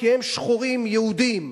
כי הם שחורים יהודים,